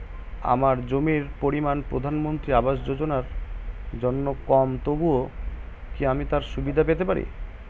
আমার জমির পরিমাণ প্রধানমন্ত্রী আবাস যোজনার জন্য কম তবুও কি আমি তার সুবিধা পেতে পারি?